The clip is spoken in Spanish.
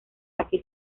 aquí